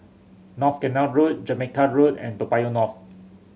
North Canal Road Jamaica Road and Toa Payoh North